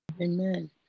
Amen